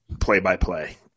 play-by-play